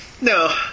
No